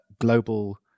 global